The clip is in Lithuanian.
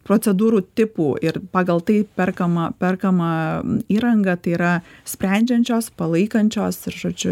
procedūrų tipų ir pagal tai perkama perkama įranga tai yra sprendžiančios palaikančios ir žodžiu